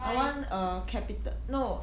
I want uh capita~ no